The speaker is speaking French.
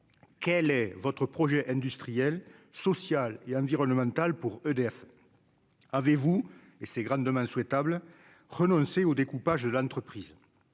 quel est votre projet industriel, social et environnemental pour EDF, avez-vous et ses grandes demain souhaitables renoncer au découpage de l'entreprise,